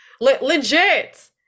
Legit